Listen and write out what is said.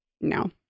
No